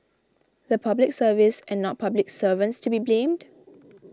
the Public Service and not public servants to be blamed